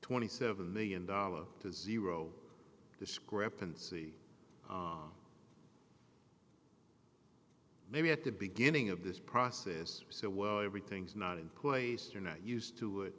twenty seven million dollars to zero discrepancy maybe at the beginning of this process so well everything's not in place you're not used to it